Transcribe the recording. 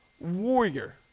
warrior